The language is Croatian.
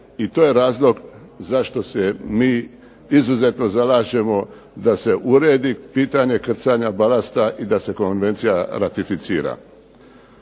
I to je razlog zašto se mi izuzetno zalažemo da se uredi pitanje krcanja balasta i da se konvencija ratificira.